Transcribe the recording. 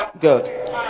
Good